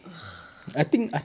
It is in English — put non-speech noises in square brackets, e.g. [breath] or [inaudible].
[breath]